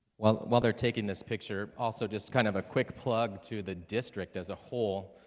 well while they're taking this picture also just kind of a quick plug to the district as a whole